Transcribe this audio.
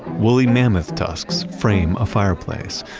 woolly mammoth tusks frame a fireplace.